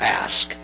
ask